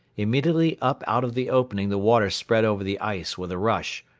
immediately up out of the opening the water spread over the ice with a rush.